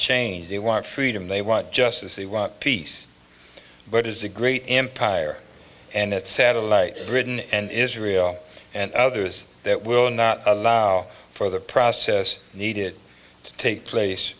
change they want freedom they want justice they want peace but is a great empire and its satellite britain and israel and others that will not allow for the process needed to take place